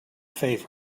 favor